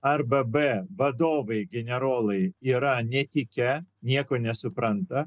arba b vadovai generolai yra netikę nieko nesupranta